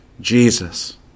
Jesus